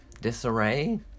disarray